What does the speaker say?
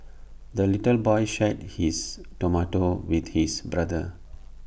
the little boy shared his tomato with his brother